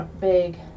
big